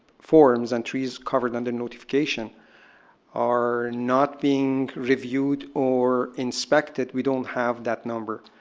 forms and trees covered under notification are not being reviewed or inspected, we don't have that number.